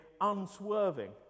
unswerving